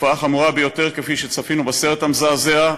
תופעה חמורה ביותר, כפי שצפינו בסרט המזעזע,